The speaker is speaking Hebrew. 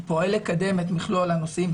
הוא פועל לקדם את מכלול הנושאים,